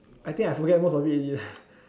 I think I forget most of it already leh